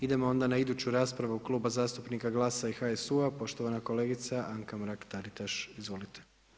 Idemo onda na iduću raspravu Kluba zastupnika GLAS-a i HSU-a poštovana kolegica Anka Mrak-Taritaš, izvolite.